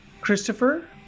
Christopher